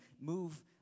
move